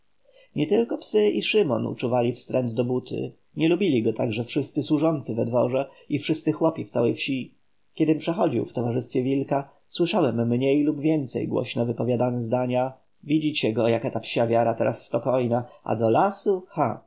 tylko psy i szymon uczuwali wstręt do buty nie lubili go także wszyscy służący we dworze i wszyscy chłopi w całej wsi kiedym przechodził w towarzystwie wilka słyszałem mniej lub więcej głośno wypowiadane zdania widzicie go jak ta psia wiara teraz spokojna a do lasu